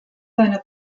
seiner